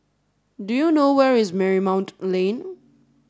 do you know where is Marymount Lane